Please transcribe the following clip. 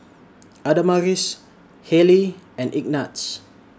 Adamaris Hayleigh and Ignatz